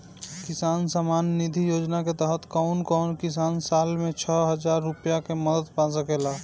किसान सम्मान निधि योजना के तहत कउन कउन किसान साल में छह हजार रूपया के मदद पा सकेला?